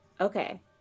okay